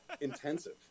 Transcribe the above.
intensive